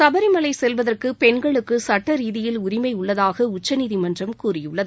சபரிமலை செல்வதற்கு பெண்களுக்கு சட்டரீதியில் உரிமை உள்ளதாக உச்சநீதிமன்றம் கூறியுள்ளது